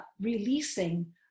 releasing